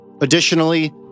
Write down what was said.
Additionally